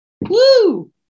Woo